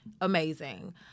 amazing